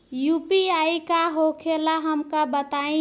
UPI का होखेला हमका बताई?